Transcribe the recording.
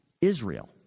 Israel